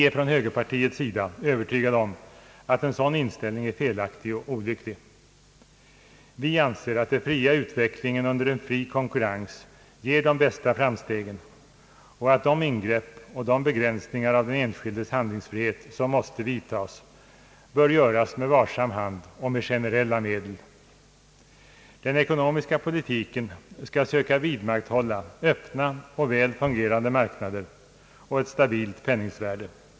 Vi från högerpartiet är övertygade om att en sådan inställning är felaktig och olycklig. Vi anser att den fria utvecklingen under en fri konkurrens ger de bästa framstegen och att de ingrepp och begränsningar av den enskildes handlingsfrihet som måste vidtas bör göras med varsam hand och med generella medel. Den ekonomiska politiken skall söka vidmakthålla öppna och väl fungerande marknader och ett stabilt penningvärde.